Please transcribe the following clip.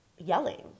Yelling